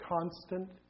constant